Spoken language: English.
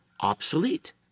obsolete